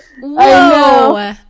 Whoa